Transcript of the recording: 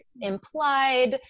implied